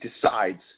decides